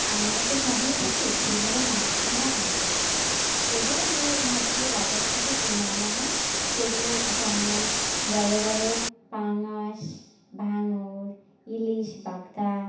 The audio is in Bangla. আমরা তো শহরে থাকি সে ভাবে মাছ ধরা হয় না তবুও যে মাছগুলো বাজার থেকে কিনে আনা হয় সেগুলো যেমন বড় বড় পাঙাশ ভাঙর ইলিশ বাগদা